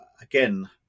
again